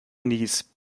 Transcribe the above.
knees